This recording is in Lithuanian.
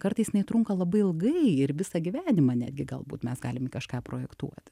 kartais jinai trunka labai ilgai ir visą gyvenimą netgi galbūt mes galim kažką projektuot